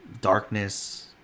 darkness